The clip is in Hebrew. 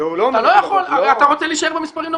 זה הוא לא --- הרי אתה רוצה להישאר במספרים נומינליים,